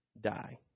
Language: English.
die